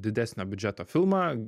didesnio biudžeto filmą